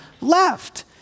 left